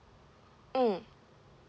mm